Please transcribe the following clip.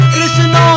Krishna